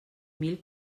mil